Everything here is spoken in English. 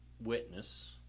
witness